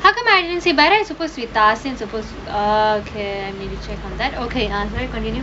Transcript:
how come I didn't see but then supposed to be supposed uh okay and let me check on that okay you continue